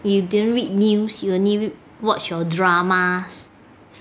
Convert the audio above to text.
you didn't read news you only watch your dramas